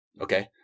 Okay